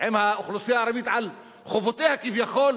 עם האוכלוסייה הערבית על חובותיה כביכול